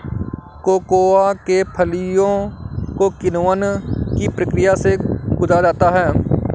cocoa के फलियों को किण्वन की प्रक्रिया से गुजारा जाता है